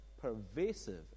pervasive